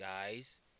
Guys